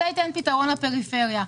זה ייתן פתרון לפריפריה.